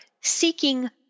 seeking